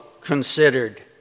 considered